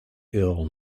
ill